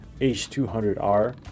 h200r